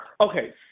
Okay